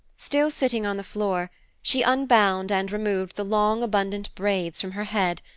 still sitting on the floor she unbound and removed the long abundant braids from her head,